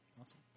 Awesome